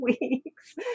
weeks